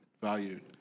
Valued